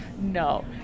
No